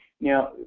Now